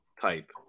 type